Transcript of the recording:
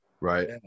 Right